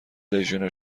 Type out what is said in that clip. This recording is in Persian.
لژیونر